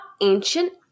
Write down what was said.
ancient